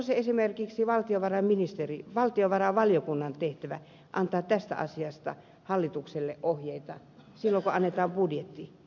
olisiko esimerkiksi valtiovarainvaliokunnan tehtävä antaa tästä asiasta hallitukselle ohjeita silloin kun annetaan budjetti